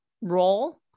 role